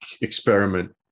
experiment